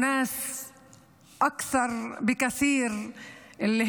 אולם בהקשר הזה אני רוצה לוודא את הוודאי: אכן כן,